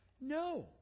No